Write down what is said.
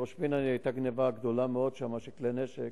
בראש-פינה היתה גנבה גדולה מאוד של כלי נשק,